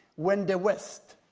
when the west,